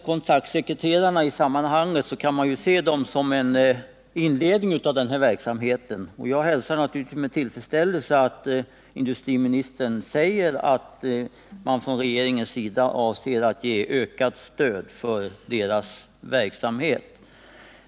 Kontaktsekreterarna kan ses som en inledning till denna verksamhet och jag hälsar naturligtvis med tillfredsställelse att industriministern säger att regeringen avser att ge ökat stöd till deras verksamhet.